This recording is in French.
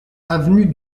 avenue